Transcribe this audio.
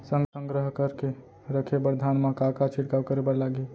संग्रह करके रखे बर धान मा का का छिड़काव करे बर लागही?